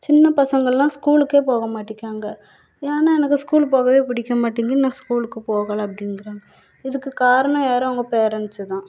சின்னப்பசங்கெல்லாம் ஸ்கூலுக்கே போகமாட்டிங்கிறாங்க ஏன்னா எனக்கு ஸ்கூலுக்கு போகவே பிடிக்கமாட்டிங்குது நான் ஸ்கூலுக்கு போகலை அப்படின்றாங்க இதுக்கு காரணம் யார் அவங்க பேரெண்ட்ஸ்ஸு தான்